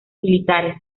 militares